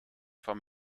vom